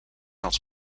els